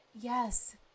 Yes